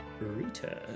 Rita